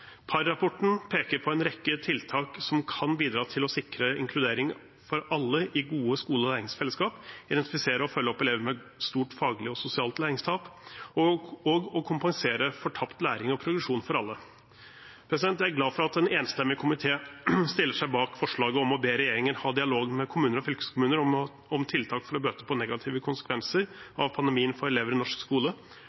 peker på en rekke tiltak som kan bidra til å sikre inkludering for alle i gode skole- og læringsfellesskap, identifisere og følge opp elever med stort faglig og sosialt læringstap, og å kompensere for tapt læring og progresjon for alle. Jeg er glad for at en enstemmig komité stiller seg bak forslaget om å be regjeringen ha dialog med kommuner og fylkeskommuner om tiltak for å bøte på negative konsekvenser